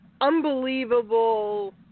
unbelievable